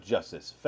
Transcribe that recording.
Justice